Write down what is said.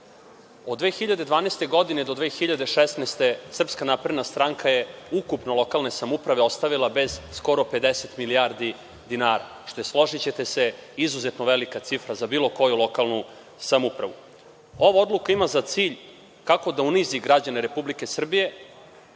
Od 2012. do 2016. godine SNS je ukupno lokalne samouprave ostavila bez skoro 50 milijardi dinara, što je, složićete se, izuzetno velika cifra za bilo koju lokalnu samoupravu. Ova odluka ima za cilj kako da unizi građane Republike Srbije,